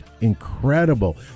incredible